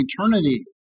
eternity